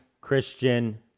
Christian